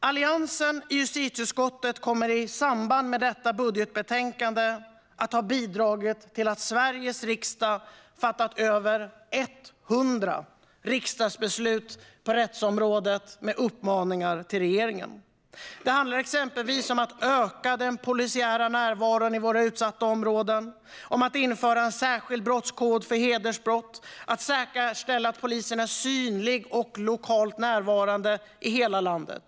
Alliansen i justitieutskottet kommer i samband med detta budgetbetänkande att ha bidragit till att Sveriges riksdag fattat över 100 beslut på rättsområdet med uppmaningar till regeringen. Det handlar exempelvis om att öka den polisiära närvaron i våra utsatta områden, införa en särskild brottskod för hedersbrott och säkerställa att polisen är synlig och lokalt närvarande i hela landet.